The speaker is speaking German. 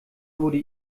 wurde